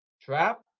Trap